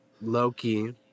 Loki